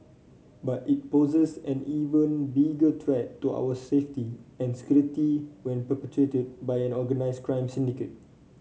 but it poses an even bigger threat to our safety and security when perpetrated by an organised crime syndicate